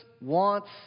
wants